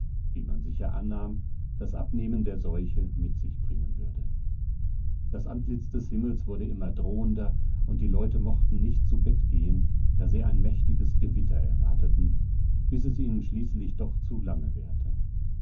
wie man sicher annahm das abnehmen der seuche mit sich bringen würde das antlitz des himmels wurde immer drohender und die leute mochten nicht zu bett gehen da sie ein mächtiges gewitter erwarteten bis es ihnen schließlich doch zu lange währte